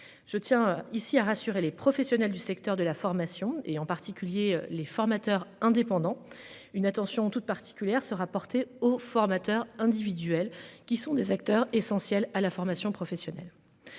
Je tiens ici à rassurer les professionnels du secteur de la formation et en particulier les formateurs indépendants une attention toute particulière sera portée aux formateurs individuels qui sont des acteurs essentiels à la formation professionnelle.